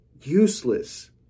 useless